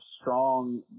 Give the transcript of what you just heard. strong